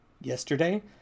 Yesterday